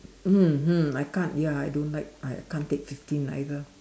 mmhmm I can't ya I don't like I I can't take fifteen either